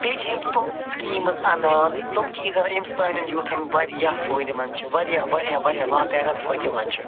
بیٚیہِ چھِ یِم تِم سِکیٖمٕز اَنان تِم چیٖز اَنان یِم سانٮ۪ن یوٗتھ وارِیاہ فٲیدٕ مند چھِ وارِیاہ وارِیاہ وارِیاہ لاتعداد فٲیدٕ یِوان چھِ